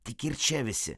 tik ir čia visi